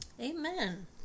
Amen